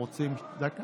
הם רוצים, דקה.